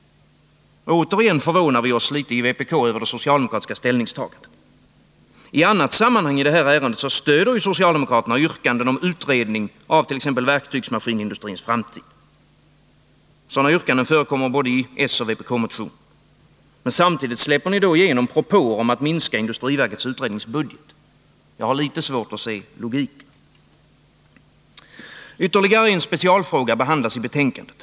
Återigen förvånas vi i vpk av det socialdemokratiska ställningstagandet. I annat sammanhang i detta ärende stöder socialdemokraterna yrkanden om utredning av t.ex. verktygsmaskinindustrins framtid. Sådana yrkanden förekommer både i soch i vpk-motioner. Men samtidigt släpper ni igenom propåer om en minskning av industriverkets utredningsbudget. Jag har litet svårt att se logiken i det. Ytterligare en specialfråga behandlas i betänkandet.